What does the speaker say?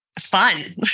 fun